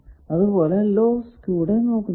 അതുപോലെ ലോസ് കൂടെ നോക്കുന്നതാണ്